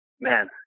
man